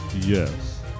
Yes